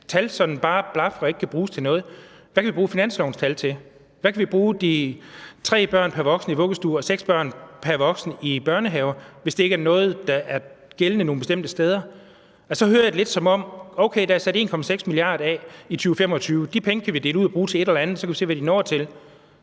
kan bruges til noget. Hvad kan vi bruge finanslovens tal til? Hvad kan vi bruge de tre børn pr. voksen i vuggestuer og seks børn pr. voksen i børnehaver til, hvis det ikke er noget, der er gældende nogen bestemte steder? Altså, så hører jeg det lidt, som om man siger: Okay, der er sat 1,6 mia. kr. af i 2025, de penge skal vi dele ud og bruge til et eller andet, så kan vi se, hvad de når ud til.